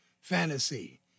Fantasy